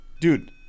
dude